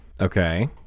Okay